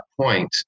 point